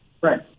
Right